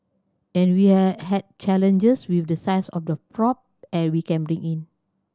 and we had challenges with the size of the prop and we can bring in